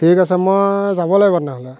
ঠিক আছে মই যাব লাগিব তেনেহ'লে